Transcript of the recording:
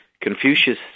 Confucius